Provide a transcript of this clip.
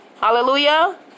Hallelujah